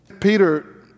Peter